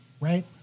right